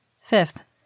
Fifth